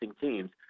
teams